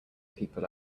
people